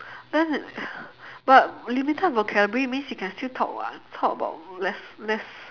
then but limited vocabulary means you can still talk [what] talk about less less